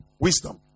wisdom